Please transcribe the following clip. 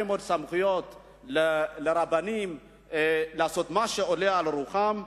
מאוד סמכויות לרבנים לעשות ככל העולה על רוחם.